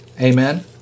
Amen